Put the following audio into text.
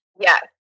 Yes